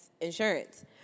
insurance